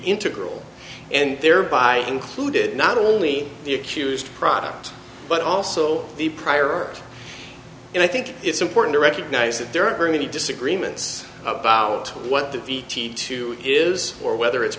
integral and thereby included not only the accused product but also the prior art and i think it's important to recognize that there are many disagreements about what the v t too is or whether it's